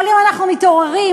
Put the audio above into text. כל יום אנחנו מתעוררים,